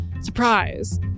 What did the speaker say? surprise